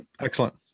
excellent